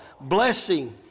blessing